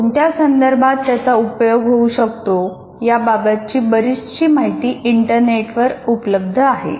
कोणत्या संदर्भात त्यांचा उपयोग होऊ शकतो याबाबतची बरीचशी माहिती इंटरनेटवर उपलब्ध आहे